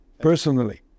Personally